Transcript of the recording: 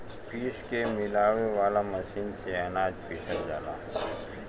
पीस के मिलावे वाला मशीन से अनाज पिसल जाला